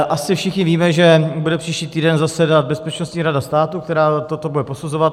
Asi všichni víme, že bude příští týden zasedat Bezpečnostní rada státu, která bude toto posuzovat.